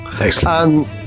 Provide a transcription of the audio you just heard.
Excellent